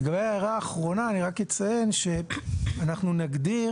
לגבי ההערה האחרונה אני רק אציין שאנחנו נגדיר